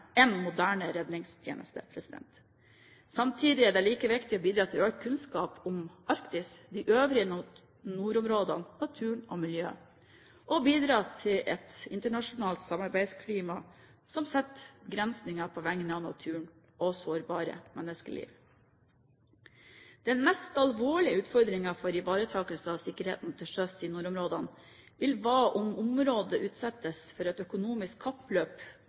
redningstjeneste. Samtidig er det like viktig å bidra til økt kunnskap om Arktis, de øvrige nordområdene, naturen og miljøet, og å bidra til et internasjonalt samarbeidsklima som setter begrensninger på vegne av naturen og sårbare menneskeliv. Den mest alvorlige utfordringen for ivaretakelse av sikkerheten til sjøs i nordområdene vil være om området utsettes for et økonomisk kappløp,